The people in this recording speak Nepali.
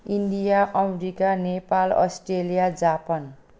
India America Nepal Australia Japan